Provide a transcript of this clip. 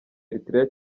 eritrea